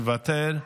מוותר.